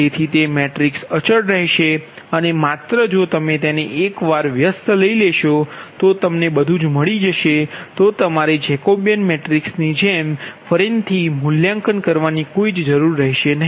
તેથી તે મેટ્રિક્સ અચલ છે અને માત્ર જો તમે તેને એકવાર વ્યસ્ત લો અને તે બધુ જ છે તો તમારે જેકબિયન મેટ્રિક્સની જેમ ફરીથી મૂલ્યાંકન કરવાની જરૂર નથી